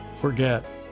forget